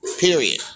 Period